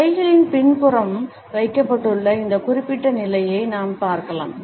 கைகளின் பின்புறம் வைக்கப்பட்டுள்ள இந்த குறிப்பிட்ட நிலையை நாம் பார்க்கலாம்